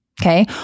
Okay